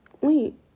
Wait